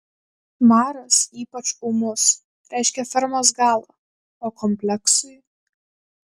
maras ypač ūmus reiškia fermos galą o kompleksui